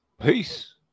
peace